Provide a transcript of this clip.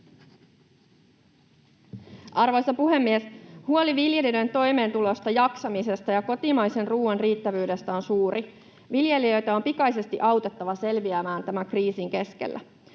Arvoisa puhemies! Huoli viljelijöiden toimeentulosta, jaksamisesta ja kotimaisen ruoan riittävyydestä on suuri. Viljelijöitä on pikaisesti autettava selviämään tämän kriisin keskellä.